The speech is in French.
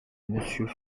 monsieur